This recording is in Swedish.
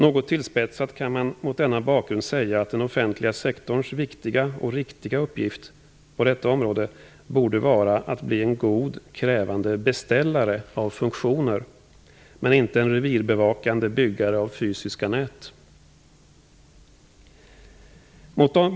Något tillspetsat kan man mot denna bakgrund säga att den offentliga sektorns viktiga och riktiga uppgift på detta område borde vara att bli en god, krävande beställare av funktioner, men inte en revirbevakande byggare av fysiska nät.